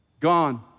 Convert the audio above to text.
gone